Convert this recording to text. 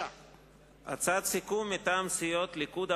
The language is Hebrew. הצעת סיכום מטעם סיעות הליכוד,